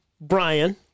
Brian